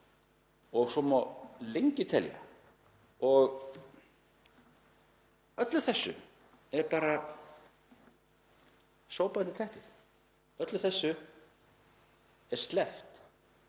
og svo má lengi telja. Öllu þessu er bara sópað undir teppið. Öllu þessu er sleppt.